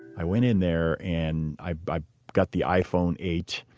i went in there and i i got the iphone eight.